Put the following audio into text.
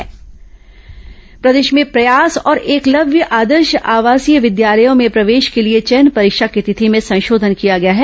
प्रयास विद्यालय प्रवेश प्रदेश में प्रयास और एकलव्य आदर्श आवासीय विद्यालयों में प्रवेश के लिए चयन परीक्षा की तिथि में संशोधन किया गया है